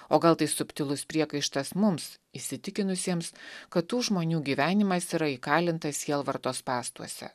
o gal tai subtilus priekaištas mums įsitikinusiems kad tų žmonių gyvenimas yra įkalintas sielvarto spąstuose